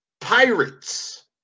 Pirates